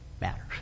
Matters